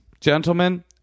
gentlemen